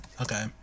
Okay